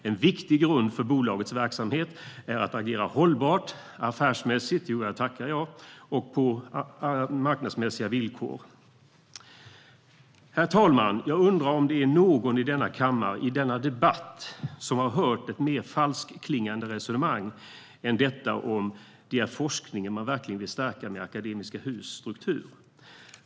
En viktig grund för bolagets verksamhet är att agera hållbart, affärsmässigt - jo, jag tackar, jag - och på marknadsmässiga villkor. Herr talman! Jag undrar om det är någon i denna kammare, och i denna debatt, som har hört ett mer falskklingande resonemang än detta om det verkligen är forskningen regeringen vill stärka med Akademiska Hus struktur.